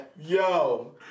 Yo